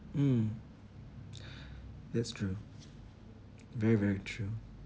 mm that's true very very true